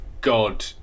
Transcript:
god